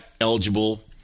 eligible